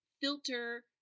Filter